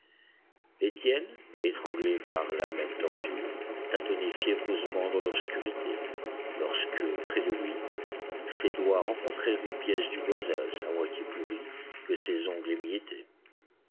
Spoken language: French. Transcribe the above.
étienne étranglé par la même torture tâtonnait fiévreusement dans l'obscurité lorsque près de lui ses doigts rencontrèrent une pièce du boisage à moitié pourrie que ses ongles